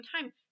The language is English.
time